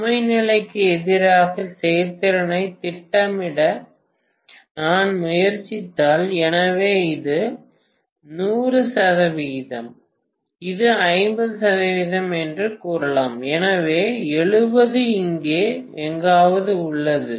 சுமை நிலைக்கு எதிராக செயல்திறனைத் திட்டமிட நான் முயற்சித்தால் எனவே இது 100 சதவிகிதம் இது 50 சதவிகிதம் என்று கூறுவோம் எனவே 70 இங்கே எங்காவது உள்ளது